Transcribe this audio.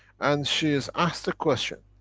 and she has asked the question,